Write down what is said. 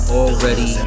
already